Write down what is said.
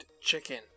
chicken